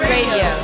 Radio